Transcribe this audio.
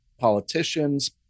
politicians